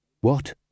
What